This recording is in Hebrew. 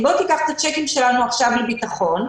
בואו תיקחו את הצ'קים שלנו עכשיו לביטחון,